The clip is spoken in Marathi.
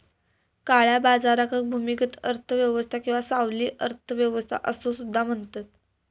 काळ्या बाजाराक भूमिगत अर्थ व्यवस्था किंवा सावली अर्थ व्यवस्था असो सुद्धा म्हणतत